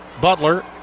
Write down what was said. Butler